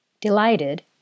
Delighted